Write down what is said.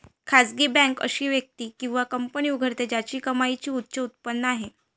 खासगी बँक अशी व्यक्ती किंवा कंपनी उघडते ज्याची कमाईची उच्च उत्पन्न आहे